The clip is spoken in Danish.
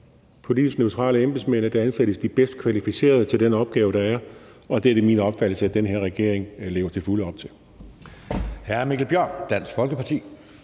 politisk neutrale embedsmænd, og at der ansættes de bedst kvalificerede til den opgave, der er, og det er det min opfattelse at den her regering til fulde lever op til.